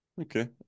Okay